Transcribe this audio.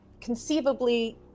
conceivably